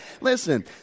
Listen